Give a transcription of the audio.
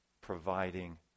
providing